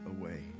away